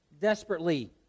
desperately